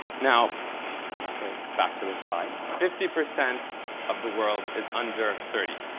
now okay. back to this slide fifty percent of the world is under thirty.